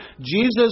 Jesus